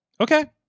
Okay